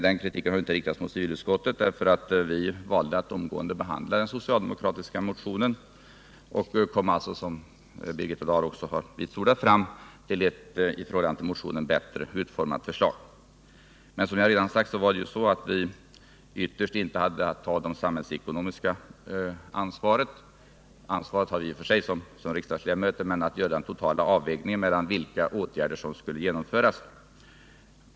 Den kritiken har emellertid inte riktats mot civilutskottet, för vi valde att omgående behandla den socialdemokratiska motionen och kom, som Birgitta Dahl har vitsordat, fram till ett i förhållande till motionen bättre utformat förslag. Som jag redan sagt var det så att vi ytterst inte hade att ta det samhällsekonomiska ansvaret. Ansvaret har vi naturligtvis i och för sig som riksdagsledamöter, men vi hade inte att göra den totala avvägningen mellan vilka åtgärder som skulle genomföras.